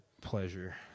pleasure